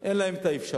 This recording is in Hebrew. אין להן אפשרות.